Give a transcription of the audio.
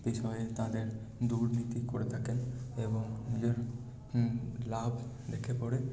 বিষয়ে তাদের দুর্নীতি করে থাকেন এবং নিজের লাভ রেখে পরে